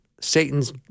Satan's